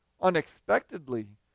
unexpectedly